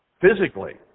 Physically